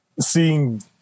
seeing